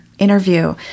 Interview